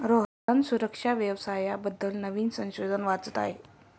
रोहन सुरक्षा व्यवसाया बद्दल नवीन संशोधन वाचत आहे